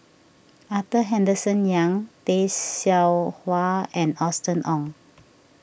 Arthur Henderson Young Tay Seow Huah and Austen Ong